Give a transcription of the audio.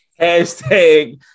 Hashtag